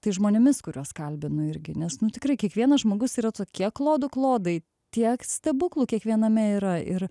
tais žmonėmis kuriuos kalbinu irgi nes nu tikrai kiekvienas žmogus yra tokie klodų klodai tiek stebuklų kiekviename yra ir